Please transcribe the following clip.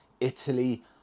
Italy